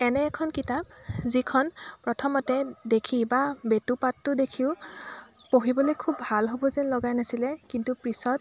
এনে এখন কিতাপ যিখন প্ৰথমতে দেখি বা বেতুপাটটো দেখিও পঢ়িবলৈ খুব ভাল হ'ব যেন লগা নাছিলে কিন্তু পিছত